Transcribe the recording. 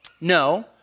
No